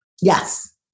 Yes